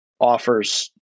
offers